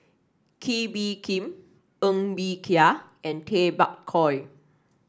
Kee Bee Khim Ng Bee Kia and Tay Bak Koi